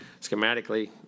schematically